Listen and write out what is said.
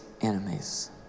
enemies